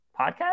podcast